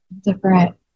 different